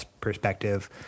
perspective